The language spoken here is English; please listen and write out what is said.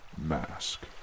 mask